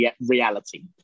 reality